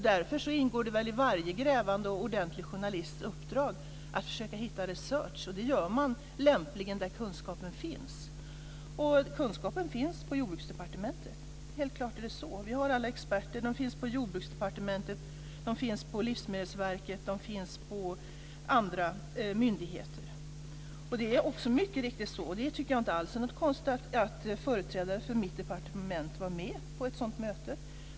Därför ingår det väl i varje grävande och ordentlig journalists uppdrag att försöka göra research. Det gör man lämpligen där kunskapen finns, och kunskapen finns på Jordbruksdepartementet. Helt klart är det så. Vi har alla experter. De finns på Jordbruksdepartementet, på Livsmedelsverket och på andra myndigheter. Det är också mycket riktigt så, och det tycker jag inte alls är något konstigt, att företrädare för mitt departement var med på ett sådant möte.